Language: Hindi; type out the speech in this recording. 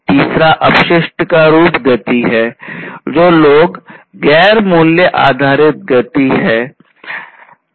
तीसरा अपशिष्ट का रूप गति है जो लोगों के गैर मूल्य आधारित गति है